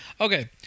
Okay